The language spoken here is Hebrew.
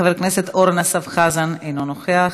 חבר הכנסת אורן אסף חזן, אינו נוכח,